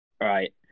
right